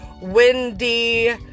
windy